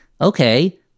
okay